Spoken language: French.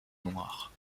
noir